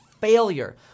failure